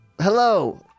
Hello